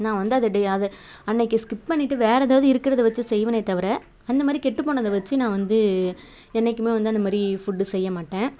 நான் வந்து அதை டே அதை அன்னைக்கு ஸ்கிப் பண்ணிவிட்டு வேறு ஏதாவது இருக்கிறத வச்சு செய்வனே தவிர அந்த மாதிரி கெட்டுப் போனதை வச்சு நான் வந்து என்றைக்குமே வந்து அந்த மாதிரி ஃபுட்டு செய்யமாட்டேன்